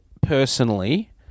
personally